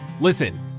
Listen